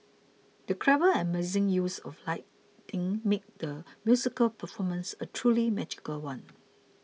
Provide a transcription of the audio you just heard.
the clever and amazing use of lighting made the musical performance a truly magical one